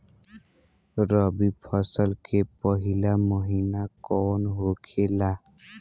रबी फसल के पहिला महिना कौन होखे ला?